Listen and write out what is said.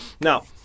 Now